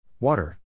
Water